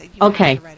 Okay